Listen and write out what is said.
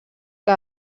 que